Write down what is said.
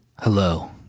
Hello